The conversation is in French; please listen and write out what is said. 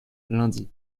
lundi